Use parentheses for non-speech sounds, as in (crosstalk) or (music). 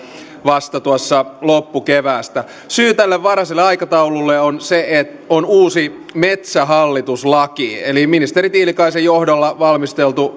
vasta tuossa loppukeväästä syy tälle varhaiselle aikataululle on se että on uusi metsähallitus laki eli ministeri tiilikaisen johdolla valmisteltu (unintelligible)